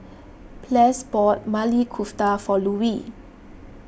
Ples bought Maili Kofta for Louie